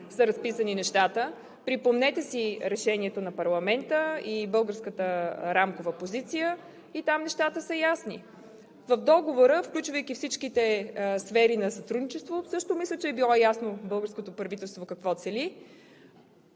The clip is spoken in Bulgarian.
са разписани нещата. Припомнете си решението на парламента и българската рамкова позиция и там нещата са ясни. По договора, включвайки всички сфери на сътрудничество, също мисля, че е било ясно какво цели българското правителство. Да, прав